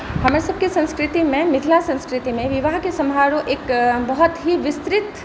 हमर सबके संस्कृतिमे मिथिला संस्कृतिमे विवाहके समारोह एक बहुत ही विस्तृत